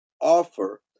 offer